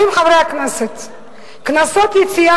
משרד התשתיות